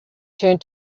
turned